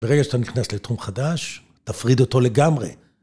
ברגע שאתה נכנס לתחום חדש, תפריד אותו לגמרי.